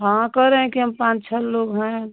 हाँ कह रहें के हम पांच छः लोग हैं